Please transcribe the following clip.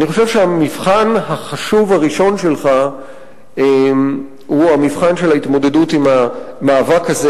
המבחן החשוב הראשון שלך הוא המבחן של ההתמודדות עם המאבק הזה,